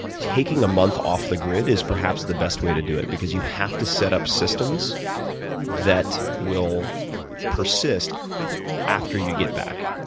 taking a month off the grid is perhaps the best way to do it because you have to set up systems that will persist after you get back.